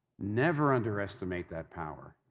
never underestimate that power.